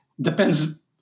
depends